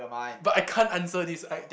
but I can't answer this I